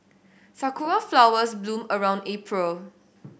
sakura flowers bloom around April